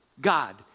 God